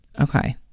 Okay